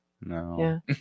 No